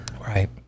Right